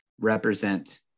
represent